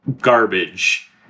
garbage